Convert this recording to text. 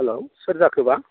hello सोर जाखोबा